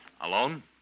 Alone